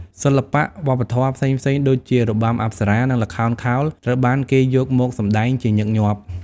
សិល្បៈវប្បធម៌ផ្សេងៗដូចជារបាំអប្សរា និងល្ខោនខោលត្រូវបានគេយកមកសម្តែងជាញឹកញាប់។